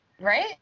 Right